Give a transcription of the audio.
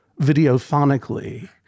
videophonically